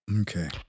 Okay